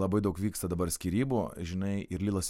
labai daug vyksta dabar skyrybų žinai ir lilas